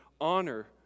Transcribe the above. honor